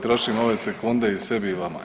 Trošim ove sekunde i sebi i vama.